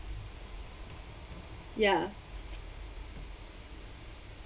ya